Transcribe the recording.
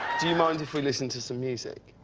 do you mind if we listen to some music?